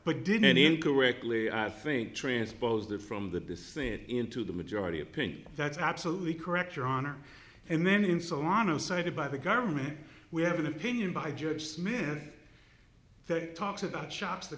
but didn't incorrectly i think transposed from the descent into the majority opinion that's absolutely correct your honor and then in saunas cited by the government we have an opinion by george smith that talks about shocks the